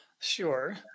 Sure